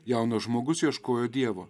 jaunas žmogus ieškojo dievo